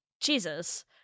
jesus